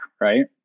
Right